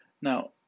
Now